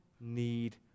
need